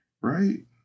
Right